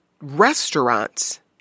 restaurants